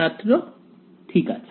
ছাত্র ঠিক আছে